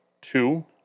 two